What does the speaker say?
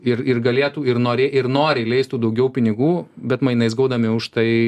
ir ir galėtų ir noriai ir noriai leistų daugiau pinigų bet mainais gaudami už tai